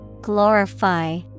Glorify